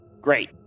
Great